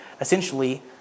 essentially